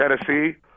Tennessee